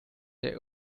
they